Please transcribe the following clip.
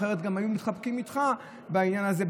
אחרת גם היו מתחבקים איתך בעניין הזה,